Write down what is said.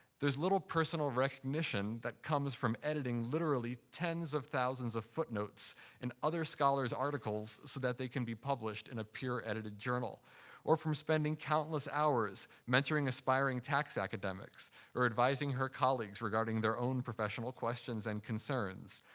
there's little personal recognition that comes from editing literally tens of thousands of footnotes in other scholars' articles so that they can be published in a peer-edited journal or from spending countless hours mentoring aspiring tax academics or advising her colleagues regarding their own professional questions and concerns.